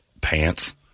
pants